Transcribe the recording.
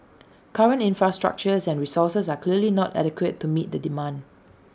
current infrastructure and resources are clearly not adequate to meet the demand